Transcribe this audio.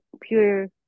pure